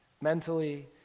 mentally